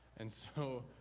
and so,